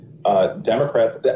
Democrats